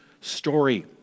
story